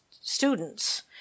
students